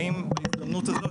האם בהזדמנות הזאת,